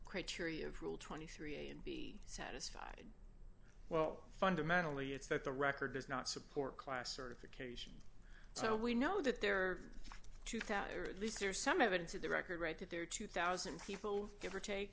criteria of rule twenty three and be satisfied well fundamentally it's that the record does not support class certification so we know that there truth out or at least there's some evidence in the record right that there are two thousand people give or take